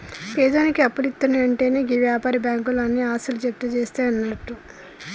పేదోనికి అప్పులిత్తున్నయంటెనే గీ వ్యాపార బాకుంలు ఆని ఆస్తులు జప్తుజేస్తయన్నట్లు